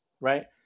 right